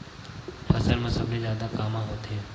फसल मा सबले जादा कामा होथे?